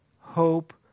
hope